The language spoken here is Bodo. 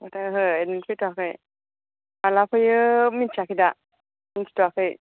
ओहो एडमिट फैथ'आखै माला फैयो मिथियाखै दा मिथिथ'आखै